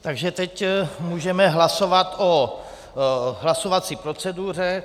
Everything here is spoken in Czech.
Takže teď můžeme hlasovat o hlasovací proceduře.